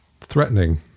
threatening